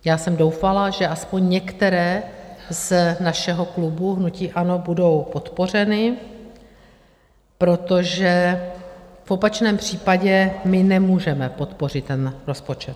Já jsem doufala, že aspoň některé z našeho klubu hnutí ANO budou podpořeny, protože v opačném případě my nemůžeme podpořit ten rozpočet.